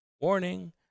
Warning